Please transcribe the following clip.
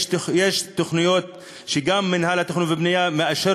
יש תוכניות שגם מינהל התכנון והבנייה מאשר,